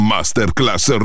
Masterclass